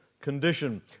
condition